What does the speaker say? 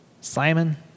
Simon